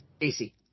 AC